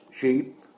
sheep